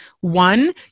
one